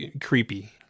creepy